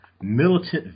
Militant